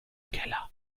keller